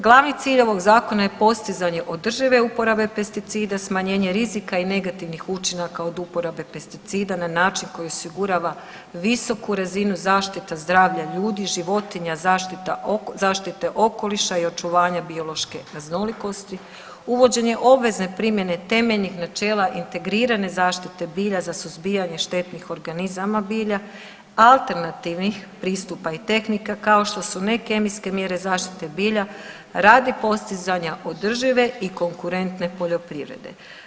Glavni cilj ovog zakona je postizanje održive uporabe pesticida, smanjenje rizika i negativnih učinaka od uporabe pesticida na način koji osigurava visoku razinu zaštita zdravlja ljudi, životinja, zaštite okoliša i očuvanje biološke raznolikosti, uvođenje obvezne primjene temeljnih načela integrirane zaštite bilja za suzbijanje štetnih organizama bilja, alternativnih pristupa i tehnika kao što su ne kemijske mjere zaštite bilja radi postizanja održive i konkurentne poljoprivrede.